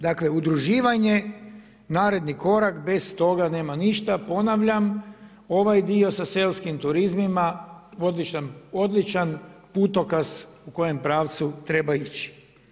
Dakle, udruživanje, naredni korak, bez toga nema ništa, ponavljam, ovaj dio sa seoskim turizmima, odličan putokaz u kojem pravcu treba ići.